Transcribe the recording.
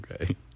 Okay